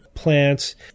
Plants